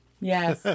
Yes